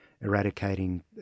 eradicating